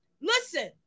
Listen